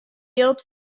jild